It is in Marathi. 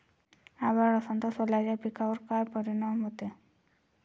अभाळ असन तं सोल्याच्या पिकावर काय परिनाम व्हते?